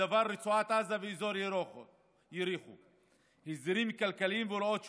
בדבר רצועת עזה ואזור יריחו (אזורים כלכליים והוראות שונות)